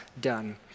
done